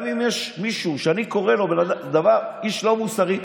גם אם יש מישהו שאני קורא לו איש לא מוסרי,